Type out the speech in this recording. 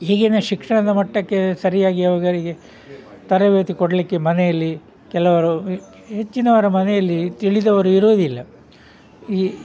ಈಗಿನ ಶಿಕ್ಷಣದ ಮಟ್ಟಕ್ಕೆ ಸರಿಯಾಗಿ ಅವುಗಳಿಗೆ ತರಬೇತಿ ಕೊಡಲಿಕ್ಕೆ ಮನೇಲಿ ಕೆಲವರು ಹೆಚ್ಚಿನವರ ಮನೇಲಿ ತಿಳಿದವ್ರು ಇರೋದಿಲ್ಲ ಈ